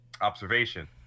observation